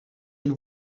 elle